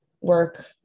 work